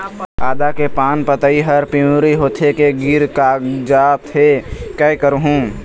आदा के पान पतई हर पिवरी होथे के गिर कागजात हे, कै करहूं?